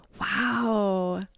wow